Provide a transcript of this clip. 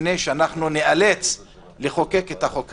לפני שאנחנו ניאלץ לחוקק את החוק הזה.